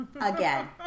Again